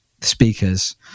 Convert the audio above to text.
speakers